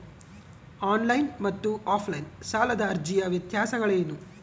On line ಮತ್ತು offline ಸಾಲದ ಅರ್ಜಿಯ ವ್ಯತ್ಯಾಸಗಳೇನು?